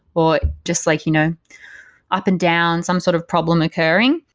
or just like you know up and down, some sort of problem occurring.